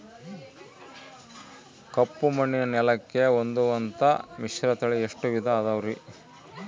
ಕಪ್ಪುಮಣ್ಣಿನ ನೆಲಕ್ಕೆ ಹೊಂದುವಂಥ ಮಿಶ್ರತಳಿ ಎಷ್ಟು ವಿಧ ಅದವರಿ?